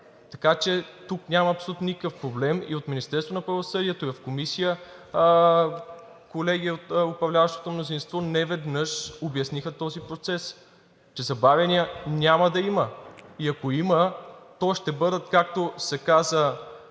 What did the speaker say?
така че тук няма абсолютно никакъв проблем. И от Министерството на правосъдието, и в Комисията колеги от управляващото мнозинство неведнъж обясниха този процес, че забавяния няма да има. И ако има, то ще бъдат, както се каза